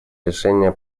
решения